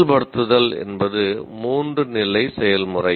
செயல்படுத்துதல் என்பது 3 நிலை செயல்முறை